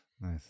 Nice